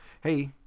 hey